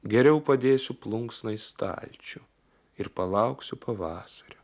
geriau padėsiu plunksną į stalčių ir palauksiu pavasario